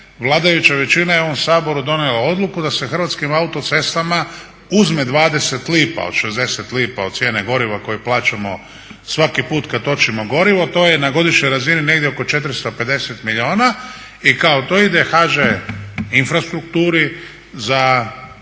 vladajuća većina je u ovom Saboru donijela odluku da se Hrvatskim autocestama uzme 20 lipa od 60 lipa od cijene goriva koju plaćamo svaki put kad točimo gorivo. To je na godišnjoj razini negdje oko 450 milijuna i kao to ide HŽ Infrastrukturi za izgradnju